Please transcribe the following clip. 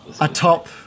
Atop